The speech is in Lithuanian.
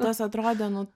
tas atrodė